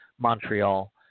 Montreal